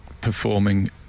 performing